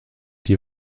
die